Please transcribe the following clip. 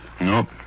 Nope